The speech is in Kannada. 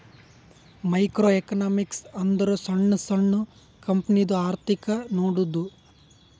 ಮೈಕ್ರೋ ಎಕನಾಮಿಕ್ಸ್ ಅಂದುರ್ ಸಣ್ಣು ಸಣ್ಣು ಕಂಪನಿದು ಅರ್ಥಿಕ್ ನೋಡದ್ದು